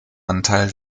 anteil